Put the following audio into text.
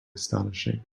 astonishing